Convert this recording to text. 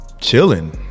Chilling